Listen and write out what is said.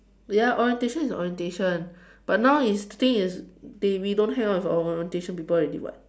ya orientation is orientation but now is the thing is they we don't hang out with orientation people already [what]